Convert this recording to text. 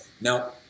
Now